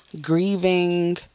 grieving